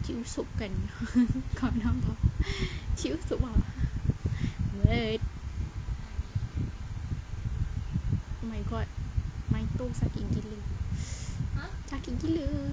cik usop kan kawan abah cik usop ah what oh my god my toe sakit gila skit gila